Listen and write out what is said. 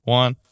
one